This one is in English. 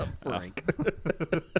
frank